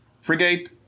frigate